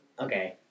Okay